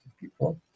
people